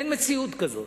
אין מציאות כזאת.